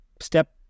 step